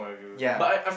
ya